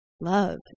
love